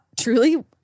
Truly